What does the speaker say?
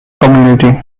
community